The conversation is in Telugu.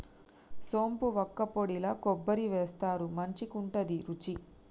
సోంపు వక్కపొడిల కొబ్బరి వేస్తారు మంచికుంటది రుచి